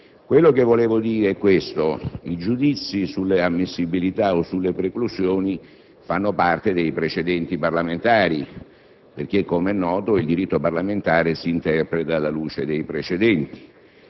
Quello che volevo dire è che i giudizi sulle ammissibilità o sulle preclusioni fanno parte dei precedenti parlamentari perché, come è noto, il diritto parlamentare si interpreta alla luce dei precedenti.